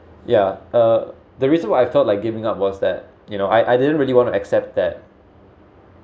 yeah uh the reason why I felt like giving up was that you know I I didn't really want to accept that